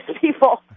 people